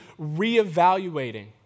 reevaluating